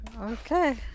Okay